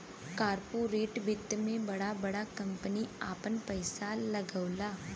corporate वित्त मे बड़ा बड़ा कम्पनी आपन पइसा लगावला